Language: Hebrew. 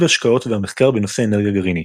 ההשקעות והמחקר בנושאי אנרגיה גרעינית.